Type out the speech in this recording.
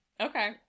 Okay